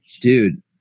Dude